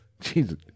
Jesus